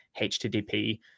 HTTP